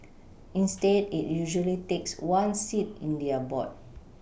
instead it usually takes one seat in their board